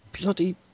bloody